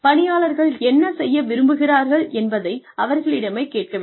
பணியாளர்கள் என்ன செய்ய விரும்புகிறார்கள் என்பதை அவர்களிடமே கேட்க வேண்டும்